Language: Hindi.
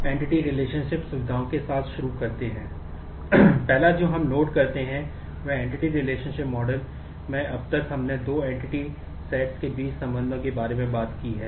तो ये रूपरेखा हैं